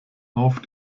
auf